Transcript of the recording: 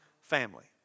family